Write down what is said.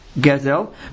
gazelle